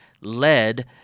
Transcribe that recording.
led